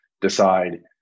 decide